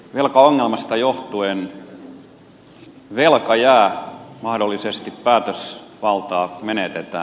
velkaongelmasta johtuen velka jää mahdollisesti päätösvaltaa menetetään